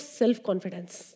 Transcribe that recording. self-confidence